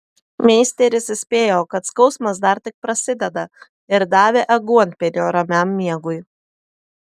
meisteris įspėjo kad skausmas dar tik prasideda ir davė aguonpienio ramiam miegui